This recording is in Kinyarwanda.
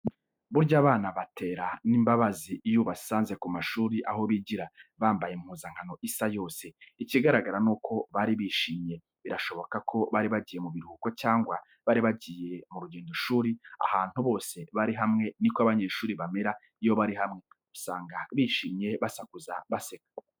Burya abana batera imbabazi iyo ubasanze ku mashuri aho bigira, bambaye impuzankano isa yose. Ikigaragara nuko bari bishimye, birashoboka ko bari bagiye mu biruhuko cyangwa bari bagiye mu rugendoshuri ahantu bose bari hamwe niko abanyeshuri bamera iyo bari hamwe, usanga bishimye basakuza baseka.